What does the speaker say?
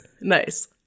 Nice